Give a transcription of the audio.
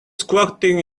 squatting